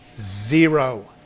Zero